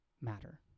matter